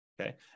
Okay